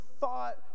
thought